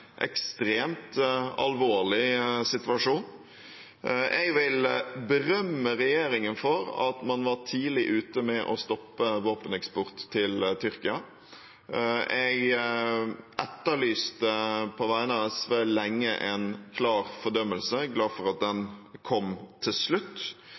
ekstremt alvorlig situasjon. Jeg vil berømme regjeringen for at man var tidlig ute med å stoppe våpeneksport til Tyrkia. Jeg etterlyste på vegne av SV lenge en klar fordømmelse – jeg er glad for at den kom til slutt.